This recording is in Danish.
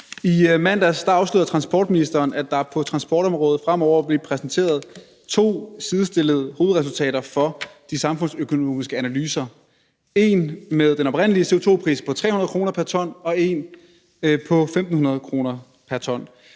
I mandags afslørede transportministeren, at der på transportområdet fremover bliver præsenteret to sidestillede hovedresultater for de samfundsøkonomiske analyser. En med den oprindelige CO2-pris på 300 kr. pr. ton og en på 1.500 kr. pr. ton.